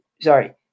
sorry